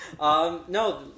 No